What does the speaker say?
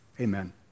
Amen